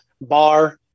bar